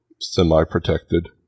Semi-protected